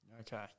Okay